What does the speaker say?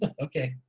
Okay